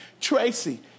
Tracy